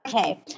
okay